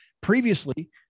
previously